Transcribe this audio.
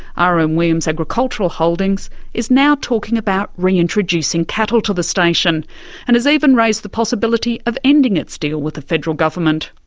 r. m. williams agricultural holdings is now talking about reintroducing cattle to the station and has even raised the possibility of ending its deal with the federal government.